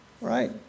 right